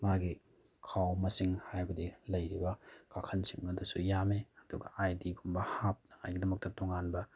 ꯃꯥꯒꯤ ꯈꯥꯎ ꯃꯁꯤꯡ ꯍꯥꯏꯕꯗꯤ ꯂꯩꯔꯤꯕ ꯀꯥꯈꯟꯁꯤꯡ ꯑꯗꯨꯁꯨ ꯌꯥꯝꯃꯤ ꯑꯗꯨꯒ ꯑꯥꯏ ꯗꯤꯒꯨꯝꯕ ꯍꯥꯞꯅꯉꯥꯏꯒꯤꯗꯃꯛꯇ ꯇꯣꯉꯥꯟꯕ